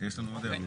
יש לנו עוד הערות